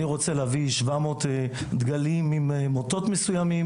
אני רוצה להביא שבע מאות דגלים עם מוטות מסויימים.